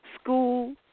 school